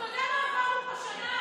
אתה יודע מה עברנו פה שנה?